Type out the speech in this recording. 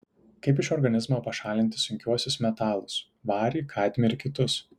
kaip iš organizmo pašalinti sunkiuosius metalus varį kadmį ir kitus